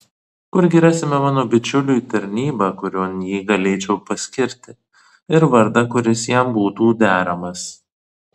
kurgi rasime mano bičiuliui tarnybą kurion jį galėčiau paskirti ir vardą kuris jam būtų deramas